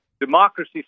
Democracy